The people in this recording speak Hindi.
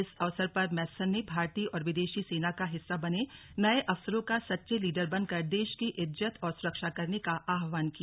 इस अवसर पर मैथसन ने भारतीय और विदेशी सेना का हिस्सा बने नये अफसरों का सच्चे लीडर बनकर देश की इज्जत और सुरक्षा करने का आह्वान किया